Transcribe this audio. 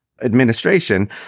administration